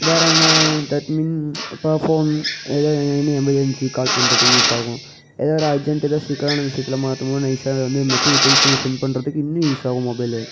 வேற என்ன that mean இப்போ ஃபோன் எனி எமர்ஜன்சி கால் பண்ணுறதுக்கு யூஸ்ஸாகும் ஏதோ ஒரு அர்ஜென்டுக்கு சிக்கலான விஷயத்துல மாட்டும் போது நைசாக வந்து மெசெஜ் டைப் பண்ணி சென்ட் பண்ணுறதுக்கு இன்னும் யூஸ்ஸாகவும் மொபைலு